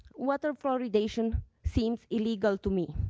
water fluoridation seems illegal to me.